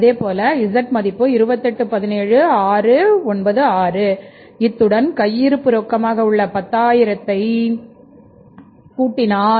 அதேபோல z மதிப்பு 2817696 இத்துடன் கையிருப்பு ரொக்கமாக 10000 உள்ளதையும் காணலாம்